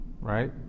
right